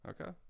Okay